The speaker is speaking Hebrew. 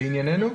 לענייננו: